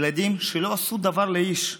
ילדים שלא עשו דבר לאיש,